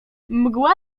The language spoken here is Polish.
mgła